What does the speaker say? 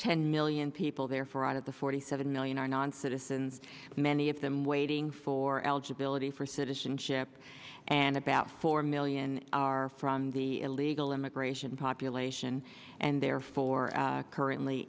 ten million people therefore out of the forty seven million are non citizens many of them waiting for eligibility for citizenship and about four million are from the illegal immigration population and therefore currently